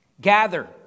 Gather